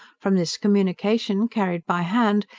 from this communication, carried by hand,